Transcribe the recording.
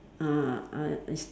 uh uh s~